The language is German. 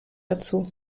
dazu